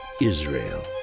Israel